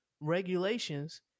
regulations